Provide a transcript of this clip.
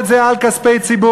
ביקורת זהה על כספי ציבור,